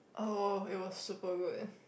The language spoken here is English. oh it was super good